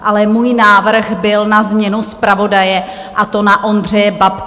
Ale můj návrh byl na změnu zpravodaje, a to na Ondřeje Babku.